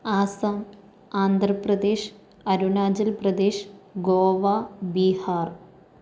Assam Andhra Pradesh Arunachal Pradesh Goa Bihar